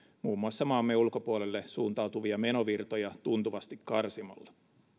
muun muassa maamme ulkopuolelle suuntautuvia menovirtoja tuntuvasti karsimalla